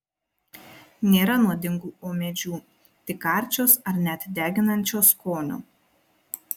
nėra nuodingų ūmėdžių tik karčios ar net deginančio skonio